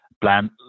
plan